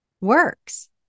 works